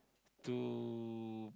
to